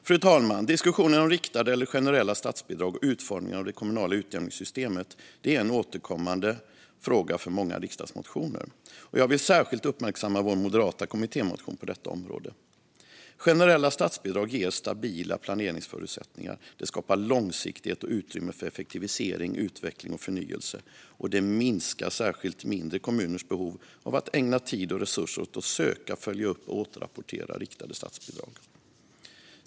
Fru talman! Diskussionen om riktade eller generella statsbidrag och utformningen av det kommunala utjämningssystemet är en återkommande fråga för många riksdagsmotioner. Jag vill särskilt uppmärksamma vår moderata kommittémotion på detta område. Generella statsbidrag ger stabila planeringsförutsättningar, skapar långsiktighet och utrymme för effektivisering, utveckling och förnyelse och minskar särskilt mindre kommuners behov av att ägna tid och resurser åt att söka, följa upp och återrapportera riktade statsbidrag.